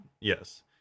yes